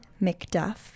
McDuff